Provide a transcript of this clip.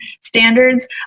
standards